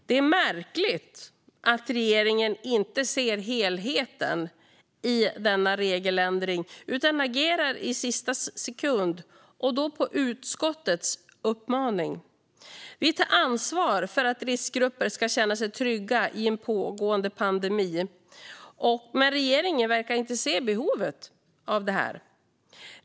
Det är märkligt att regeringen inte ser helheten i denna regeländring utan agerar i sista sekund och då på utskottets uppmaning. Vi tar ansvar för att de i riskgrupp ska känna sig trygga i den pågående pandemin, men regeringen verkar inte se behovet av detta.